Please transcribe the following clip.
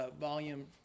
Volume